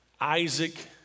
Isaac